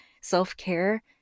self-care